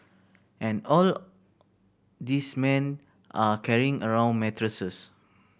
and all these men are carrying around mattresses